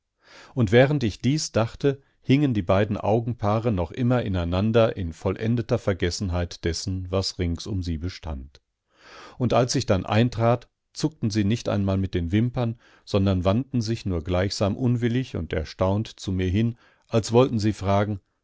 und während ich dies dachte hingen die beiden augenpaare noch immer ineinander in vollendeter vergessenheit dessen was rings um sie bestand und als ich dann eintrat zuckten sie nicht einmal mit den wimpern sondern wandten sich nur gleichsam unwillig und erstaunt zu mir hin als wollten sie fragen